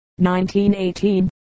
1918